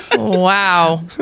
Wow